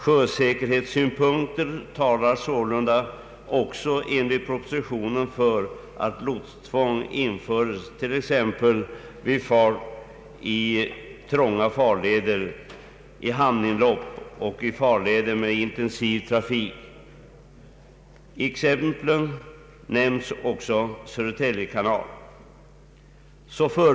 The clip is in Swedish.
Sjösäkerhetssynpunkter talar sålunda, också enligt propositionen, för att lotstvång införes t.ex. vid fart i trånga farleder, i hamninlopp och i farleder med intensiv trafik.” I exemplen nämns Södertälje kanal.